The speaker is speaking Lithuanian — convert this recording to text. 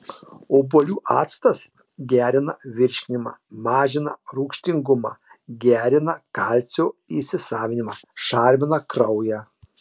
obuolių actas gerina virškinimą mažina rūgštingumą gerina kalcio įsisavinimą šarmina kraują